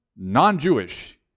Non-Jewish